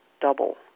double